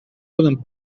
poden